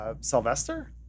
Sylvester